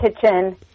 kitchen